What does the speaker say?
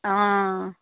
অঁ